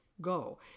go